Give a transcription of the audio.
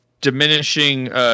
Diminishing